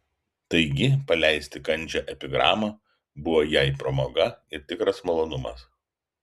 taigi paleisti kandžią epigramą buvo jai pramoga ir tikras malonumas